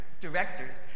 directors